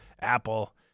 Apple